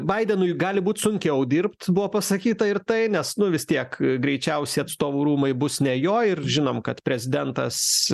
baidenui gali būt sunkiau dirbt buvo pasakyta ir tai nes nu vis tiek greičiausiai atstovų rūmai bus ne jo ir žinom kad prezidentas